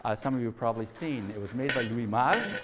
ah some of you have probably seen. it was made by louis malle,